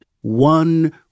one